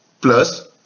plus